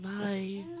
Bye